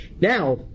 now